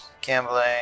Gambling